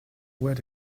where